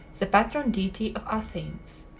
the patron deity of athens.